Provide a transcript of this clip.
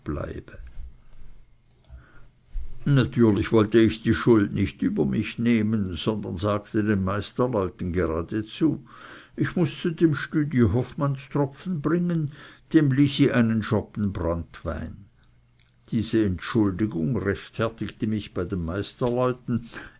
natürlich wollte ich die schuld nicht über mich allein nehmen sondern sagte den meisterleuten geradezu ich mußte dem stüdi hofmannstropfen bringen dem lisi einen schoppen branntwein diese entschuldigung rechtfertigte mich bei den